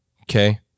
Okay